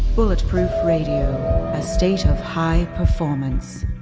bulletproof radio, a state of high performance.